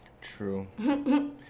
true